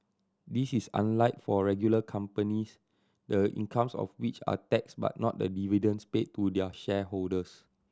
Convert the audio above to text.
this is unlike for regular companies the incomes of which are taxed but not the dividends paid to their shareholders